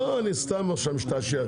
לא, אני סתם עכשיו משתעשע.